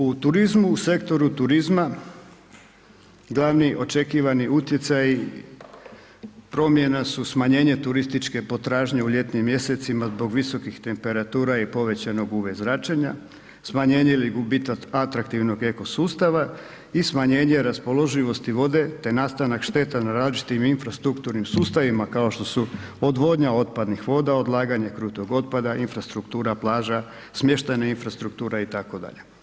U turizmu, u sektoru turizma glavni očekivani utjecaji promjena su smanjenje turističke potražnje u ljetnim mjesecima zbog visokim temperatura i povećanog UV zračenja, smanjenje ili gubitak atraktivnog ekosustava, i smanjenje raspoloživosti vode, te nastanak šteta na različitim infrastrukturnim sustavima, kao što su odvodnja otpadnih voda, odlaganje krutog otpada, infrastruktura plaža, smještajne infrastrukture, i tako dalje.